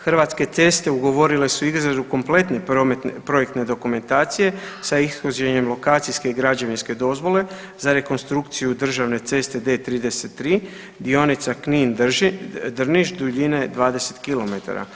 Hrvatske ceste ugovorile su izradu kompletne projektne dokumentacije sa ishođenjem lokacijske i građevinske dozvole za rekonstrukciju državne ceste D33 dionica Knin – Drniš duljine 20 km.